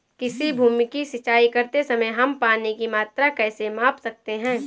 किसी भूमि की सिंचाई करते समय हम पानी की मात्रा कैसे माप सकते हैं?